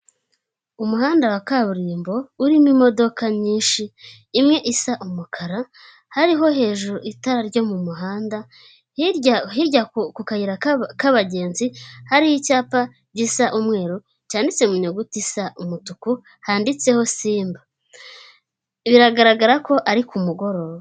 Umuhanda wa kaburimbo urimo imodoka nyinshi, imwe isa umukara, hariho hejuru itara ryo mu muhanda, hirya ku kayira k'abagenzi, hariho icyapa gisa umweru, cyanditse mu nyuguti isa umutuku, handitseho simba biragaragara ko ari ku mugoroba.